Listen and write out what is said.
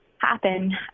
happen